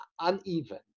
uneven